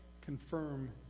confirm